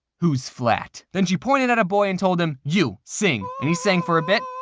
who's flat? then she pointed at a boy and told him, you, sing. and he sang for a bit.